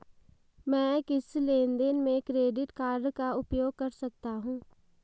मैं किस लेनदेन में क्रेडिट कार्ड का उपयोग कर सकता हूं?